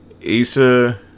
Issa